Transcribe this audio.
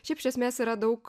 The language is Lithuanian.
šiaip iš esmės yra daug